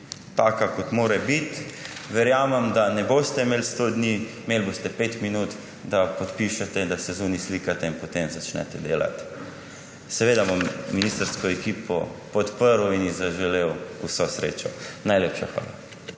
taka, kot mora biti. Verjamem, da ne boste imeli 100 dni, imeli boste pet minut, da podpišete, da se zunaj slikate in potem začnete delati. Seveda bom ministrsko ekipo podprl in ji zaželel vso srečo. Najlepša hvala.